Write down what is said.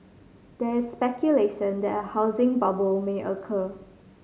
there is speculation that a housing bubble may occur